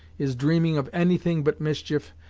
is dreaming of any thing but mischief,